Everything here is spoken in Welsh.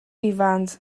ifans